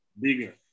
bigger